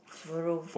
sparrow